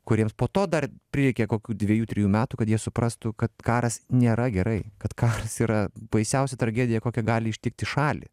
kuriems po to dar prireikė kokių dvejų trejų metų kad jie suprastų kad karas nėra gerai kad karas yra baisiausia tragedija kokia gali ištikti šalį